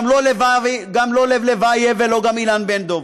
גם לא לב לבייב וגם לא אילן בן דב.